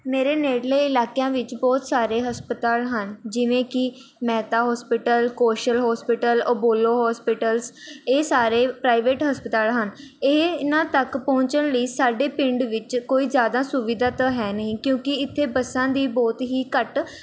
ਮੇਰੇ ਨੇੜਲੇ ਇਲਾਕਿਆਂ ਵਿੱਚ ਬਹੁਤ ਸਾਰੇ ਹਸਪਤਾਲ ਹਨ ਜਿਵੇਂ ਕਿ Mehta hospital Kaushal hospital Apollo hospitals ਇਹ ਸਾਰੇ ਪ੍ਰਾਈਵੇਟ ਹਸਪਤਾਲ ਹਨ ਇਹ ਇਹਨਾਂ ਤੱਕ ਪਹੁੰਚਣ ਲਈ ਸਾਡੇ ਪਿੰਡ ਵਿੱਚ ਕੋਈ ਜ਼ਿਆਦਾ ਸੁਵਿਧਾ ਤਾਂ ਹੈ ਨਹੀਂ ਕਿਉਂਕਿ ਇੱਥੇ ਬੱਸਾਂ ਦੀ ਬਹੁਤ ਹੀ ਘੱਟ